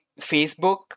Facebook